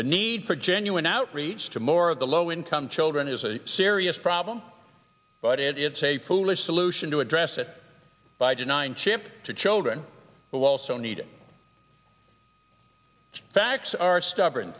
the need for genuine outreach to more of the low income children is a serious problem but it's a foolish solution to address it by denying chip to children who also need facts are stubborn